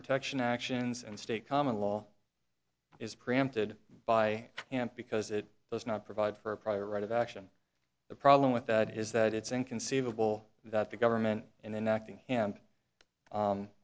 protection actions and state common law is preempted by hand because it does not provide for a private right of action the problem with that is that it's inconceivable that the government and then acting and